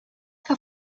que